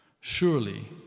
Surely